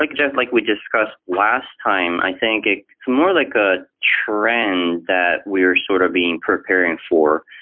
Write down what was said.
like jeff, like we discussed last time. i think it's more like a trend that we're sort of being preparing for.